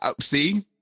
See